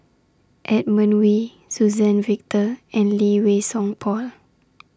Edmund Wee Suzann Victor and Lee Wei Song Paul